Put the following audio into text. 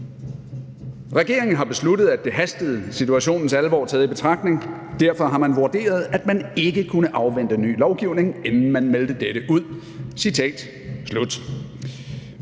»Regeringen har besluttet, at det hastede, situationens alvor taget i betragtning. Derfor har man vurderet, at man ikke kunne afvente ny lovgivning, inden man meldte dette ud«. Det